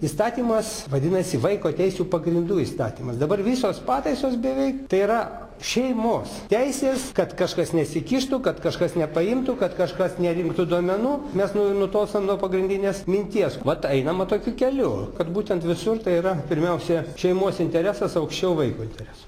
įstatymas vadinasi vaiko teisių pagrindų įstatymas dabar visos pataisos beveik tai yra šeimos teisės kad kažkas nesikištų kad kažkas nepaimtų kad kažkas nerinktų duomenų mes nutolstam nuo pagrindinės minties vat einam va tokiu keliu kad būtent visur tai yra pirmiausia šeimos interesas aukščiau vaiko interesų